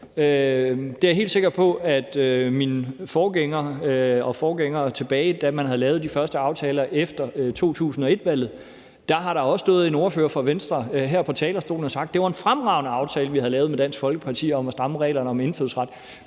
det er jeg helt sikker på at min forgænger også syntes. Da man havde lavet de første aftaler efter 2001-valget, har der også stået en ordfører for Venstre her på talerstolen og sagt, at det var en fremragende aftale, vi har lavet med Dansk Folkeparti om at stramme reglerne om indfødsret,